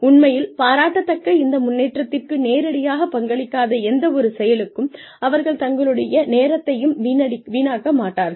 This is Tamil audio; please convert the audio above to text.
உண்மையில் பாராட்டத்தக்க இந்த முன்னேற்றத்திற்கு நேரடியாகப் பங்களிக்காத எந்தவொரு செயலுக்கும் அவர்கள் தங்களுடைய நேரத்தையும் வீணாக்க மாட்டார்கள்